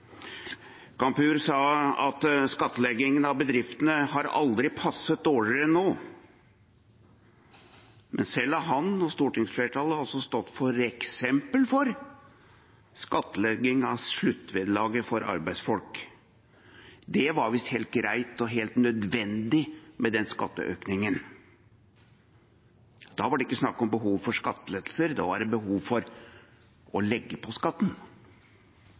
Kapur sa at skattleggingen av bedriftene aldri har passet dårligere enn nå. Men selv har han og stortingsflertallet stått f.eks. for skattlegging av sluttvederlaget for arbeidsfolk. Det var visst helt greit og helt nødvendig med den skatteøkningen. Det var det ikke snakk om behov for skattelettelser. Da var det behov for å legge på skatten.